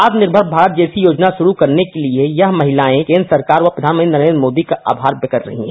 आत्मनिर्मर भारत जैसी योजना शुरू करने के लिए यह महिलाएं केंद्र सरकार व प्रषानमंत्री नरेंद्र मोदी का आमार व्यक्त कर रही है